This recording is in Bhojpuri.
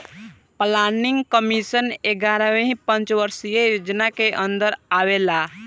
प्लानिंग कमीशन एग्यारहवी पंचवर्षीय योजना के अन्दर आवेला